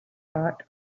thought